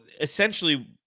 essentially